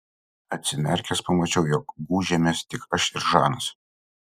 atsimerkęs pamačiau jog gūžėmės tik aš ir žanas